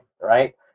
right